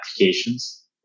applications